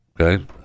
Okay